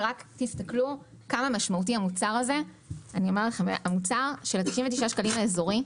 תסתכלו כמה משמעותי המוצר הזה של ה-99 שקלים האזורי,